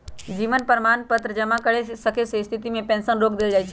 जीवन प्रमाण पत्र जमा न कर सक्केँ के स्थिति में पेंशन रोक देल जाइ छइ